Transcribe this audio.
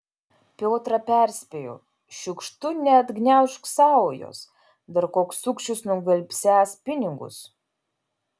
piotrą perspėjo šiukštu neatgniaužk saujos dar koks sukčius nugvelbsiąs pinigus